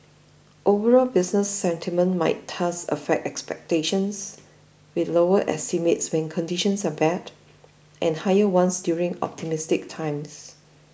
overall business sentiment might thus affect expectations with lower estimates when conditions are bad and higher ones during optimistic times